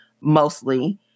mostly